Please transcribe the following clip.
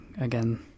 again